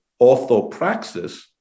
orthopraxis